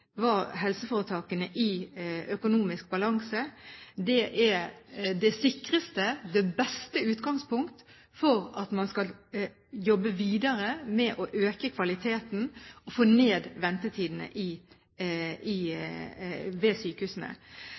var helseforetakene i økonomisk balanse. Det er det sikreste og det beste utgangspunkt for at man skal jobbe videre med å øke kvaliteten og få ned ventetidene ved